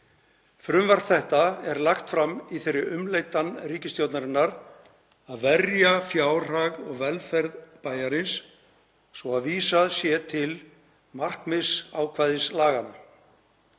Frumvarp þetta er lagt fram í þeirri umleitan ríkisstjórnarinnar að „verja fjárhag og velferð íbúa“ bæjarins, svo vísað sé til markmiðsákvæðis laganna.